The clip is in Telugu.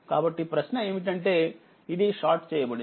కాబట్టిప్రశ్న ఏమిటంటేఇది షార్ట్ చేయబడింది